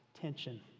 tension